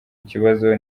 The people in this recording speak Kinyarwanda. ikibazo